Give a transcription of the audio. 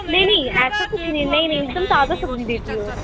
نہیں نہیں ایسا کچھ نہیں ہے نہیں نہیں ایک دم تازہ سبزی دیتی ہوں میں